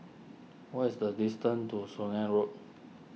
what is the distance to Swanage Road